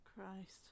Christ